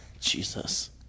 Jesus